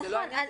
זה לא העניין,